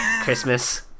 Christmas